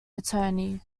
attorney